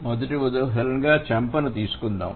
మొదటి ఉదాహరణగా చెంపను తీసుకుందాం